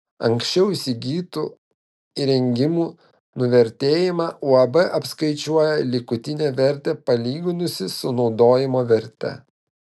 anksčiau įsigytų įrengimų nuvertėjimą uab apskaičiuoja likutinę vertę palyginusi su naudojimo verte